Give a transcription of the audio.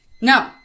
No